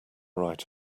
right